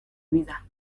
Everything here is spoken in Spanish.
vida